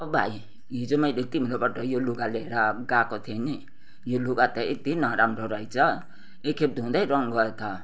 ओ भाइ हिजो मैले तिम्रोबट यो लुगा लेर गएको थिएँ नि यो लुगा त यति नराम्रो रहेछ एक खेप धुदै रङ गयो त